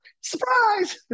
Surprise